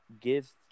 give